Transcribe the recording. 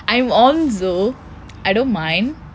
I'm onz though I don't mind